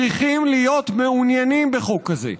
צריכים להיות מעוניינים בחוק כזה.